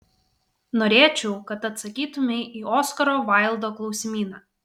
norėčiau kad atsakytumei į oskaro vaildo klausimyną